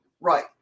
Right